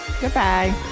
Goodbye